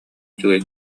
үчүгэй